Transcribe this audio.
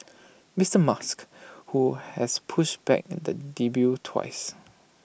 Mister musk who has pushed back the debut twice